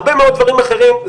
הרבה מאוד דברים אחרים,